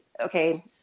okay